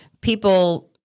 people